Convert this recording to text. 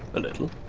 a little.